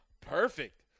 Perfect